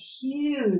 huge